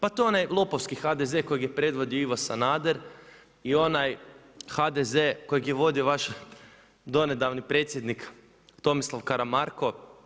Pa to je onaj lopovski HDZ kojeg je predvodio Ivo Sanader i onaj HDZ kojeg je vodio vaš donedavni predsjednik Tomislav Karamarko.